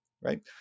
Right